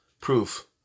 proof